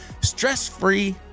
stress-free